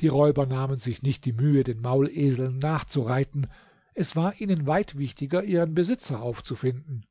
die räuber nahmen sich nicht die mühe den mauleseln nachzureiten es war ihnen weit wichtiger ihren besitzer aufzufinden